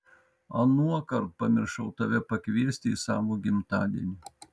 anuokart pamiršau tave pakviesti į savo gimtadienį